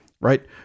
right